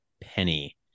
Penny